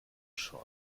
schon